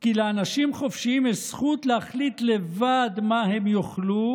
כי לאנשים חופשיים יש זכות להחליט לבד מה הם יאכלו